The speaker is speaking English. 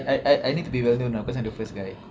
I I need to be well known now because I'm the first guy